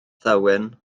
thywyn